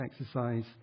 exercise